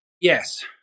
Yes